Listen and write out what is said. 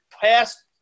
past